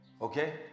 Okay